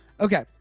okay